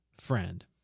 friend